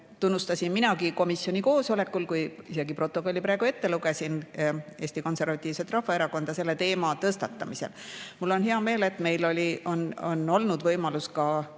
tunnustasin minagi komisjoni koosolekul, nagu ma ka protokollist praegu ette lugesin, Eesti Konservatiivset Rahvaerakonda selle teema tõstatamise eest. Mul on hea meel, et meil on olnud võimalus ka